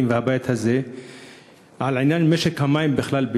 והבית הזה לעניין משק המים בישראל בכלל.